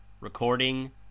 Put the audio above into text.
Recording